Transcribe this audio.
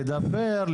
לדבר,